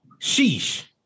sheesh